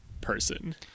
person